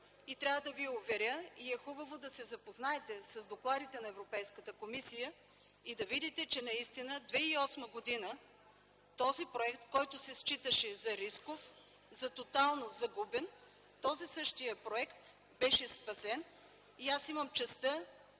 Трябва да Ви уверя и е хубаво да се запознаете с докладите на Европейската комисия, и да видите, че наистина през 2008 г. този проект, който се считаше за рисков, за тотално загубен, този същият проект беше спасен. Ще ви кажа